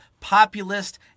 populist